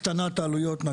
הקטנת העלויות,